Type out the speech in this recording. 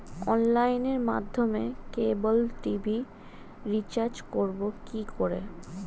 অনলাইনের মাধ্যমে cable TV recharge করব কি করে?